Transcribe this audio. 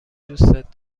دوستت